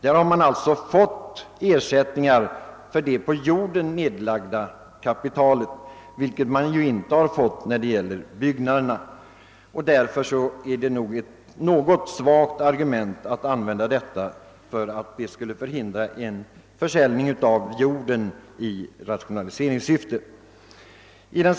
Man har alltså fått ersättning för det på jorden nedlagda kapitalet, vilket man inte har fått när det gäller byggnaderna. Därför är det ett något svagt argument att påstå att beskattningen skulle förhindra en försäljning av jord i rationaliseringssyfte.